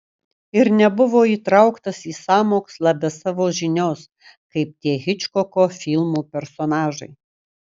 ir nebuvo įtrauktas į sąmokslą be savo žinios kaip tie hičkoko filmų personažai